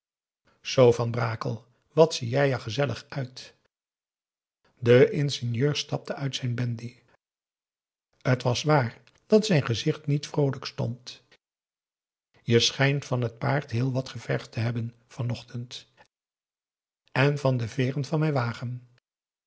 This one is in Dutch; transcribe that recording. zoo van brakel wat zie jij er gezellig uit de ingenieur stapte uit zijn bendy t was waar dat zijn gezicht niet vroolijk stond je schijnt van t paard heel wat gevergd te hebben van ochtend en van de veeren van mijn wagen